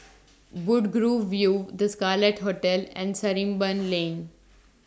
Woodgrove View The Scarlet Hotel and Sarimbun Lane